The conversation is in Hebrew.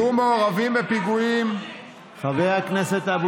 היו מעורבים בפיגועים, השב"כ,